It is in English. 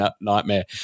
nightmare